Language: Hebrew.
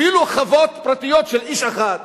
אפילו חוות פרטיות של איש אחד,